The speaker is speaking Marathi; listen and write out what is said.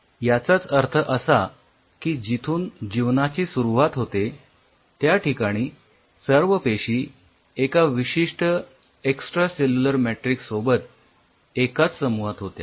याचाच अर्थ असा की जिथून जीवनाची सुरुवात होते त्याठिकाणी सर्व पेशी एका विशिष्ट एक्सट्रासेल्युलर मॅट्रिक्स सोबत एकाच समूहात होत्या